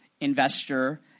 investor